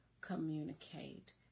communicate